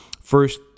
first